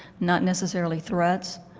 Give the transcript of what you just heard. not necessarily threats.